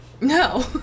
No